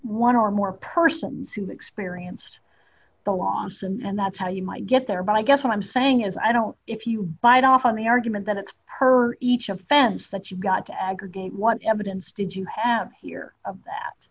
one or more persons who experienced the loss and that's how you might get there but i guess what i'm saying is i don't if you bite off on the argument that it's per each offense that you've got to aggregate what evidence did you have here that